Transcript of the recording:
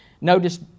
Notice